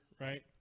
right